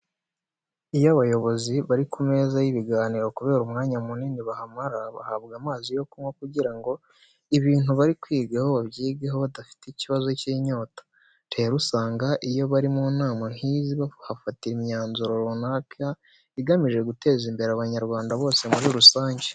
Iyo abayobozi bari ku meza y'ibiganiro kubera umwanya munini bahamara bahabwa amazi yo kunywa kugira ngo ibintu bari kwigaho babyigeho badafite ikibazo cy'inyota. Rero usanga iyo bari mu nama nk'izi bahafatira imyanzuro runaka igamije guteza imbere Abanyarwanda bose muri rusange.